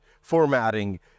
formatting